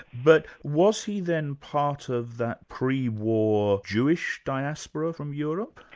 but was he then part of that pre-war jewish diaspora from europe?